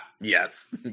Yes